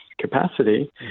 capacity